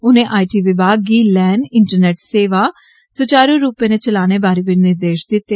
उनें I T विभाग गी एल ए एन इंटरनैट सेवा सुचारू रूपै ने चलाने बारै बी निर्देष दित्ते